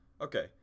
Okay